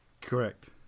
Correct